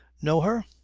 know her?